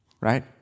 Right